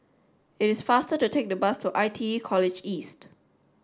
it's faster to take the bus to I T E College East